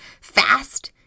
fast